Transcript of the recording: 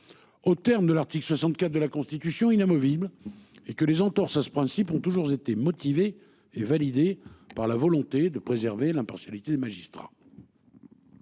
Au terme de l'article 64 de la Constitution inamovible et que les entorse à ce principe, ont toujours été motivés et validé par la volonté de préserver l'impartialité des magistrats.